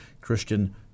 Christian